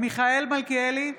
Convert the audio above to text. מיכאל מלכיאלי,